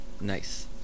Nice